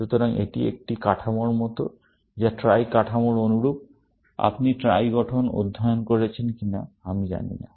সুতরাং এটি একটি কাঠামোর মতো যা ট্রাই কাঠামোর অনুরূপ আপনি ট্রাই গঠন অধ্যয়ন করেছেন কিনা আমি জানি না